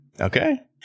okay